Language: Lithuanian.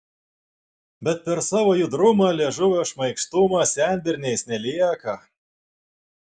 bet per savo judrumą liežuvio šmaikštumą senberniais nelieka